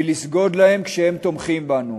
ולסגוד להם כשהם תומכים בנו.